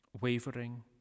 wavering